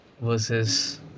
versus